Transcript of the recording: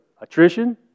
attrition